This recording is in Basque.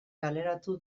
kaleratu